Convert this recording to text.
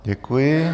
Děkuji.